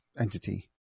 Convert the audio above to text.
entity